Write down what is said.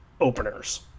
openers